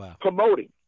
promoting